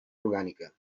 orgànica